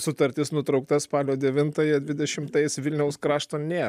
sutartis nutraukta spalio devintąją dvidešimtais vilniaus krašto nėr